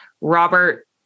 Robert